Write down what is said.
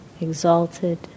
exalted